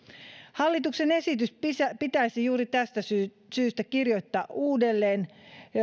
hallituksen esitys pitäisi juuri tästä syystä syystä kirjoittaa uudelleen